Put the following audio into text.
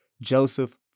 Joseph